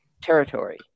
territory